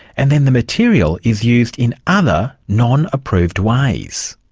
and then the material is used in other, non-approved ways.